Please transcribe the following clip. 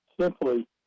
simply